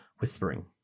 whispering